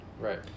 Right